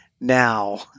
now